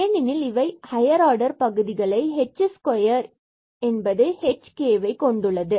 ஏனெனில் இவை higher order பகுதிகளை h ஸ்கொயர் square என்பது h k கொண்டுள்ளது